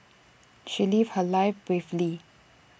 she lived her life bravely